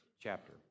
chapter